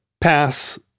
pass